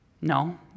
No